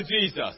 Jesus